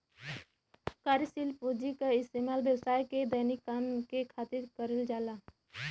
कार्यशील पूँजी क इस्तेमाल व्यवसाय के दैनिक काम के खातिर करल जाला